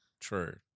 true